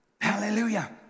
Hallelujah